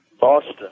Boston